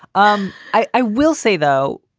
um i will say, though,